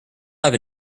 have